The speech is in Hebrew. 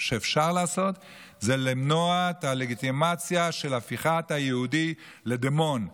שאפשר לעשות הוא למנוע את הלגיטימציה של הפיכת היהודי לדמון,